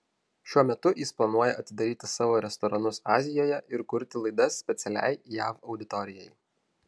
šiuo metu jis planuoja atidaryti savo restoranus azijoje ir kurti laidas specialiai jav auditorijai